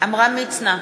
עמרם מצנע,